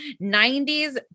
90s